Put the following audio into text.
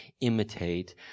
imitate